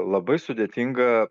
labai sudėtinga